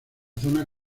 zona